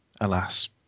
alas